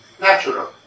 natural